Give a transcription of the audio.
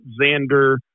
Xander